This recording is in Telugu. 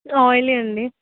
ఆయిలీ ఉంది